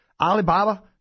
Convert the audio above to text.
Alibaba